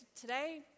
today